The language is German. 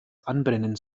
anbrennen